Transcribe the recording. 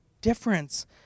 difference